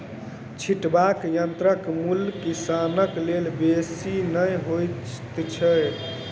छिटबाक यंत्रक मूल्य किसानक लेल बेसी नै होइत छै